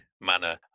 manner